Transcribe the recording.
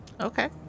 okay